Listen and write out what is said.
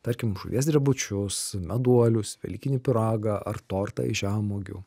tarkim žuvies drebučius meduolius velykinį pyragą ar tortą iš žemuogių